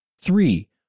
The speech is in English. three